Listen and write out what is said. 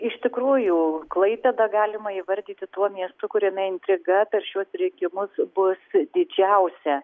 iš tikrųjų klaipėda galima įvardyti tuo miestu kuriame intriga per šiuos rinkimus bus didžiausia